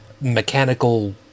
mechanical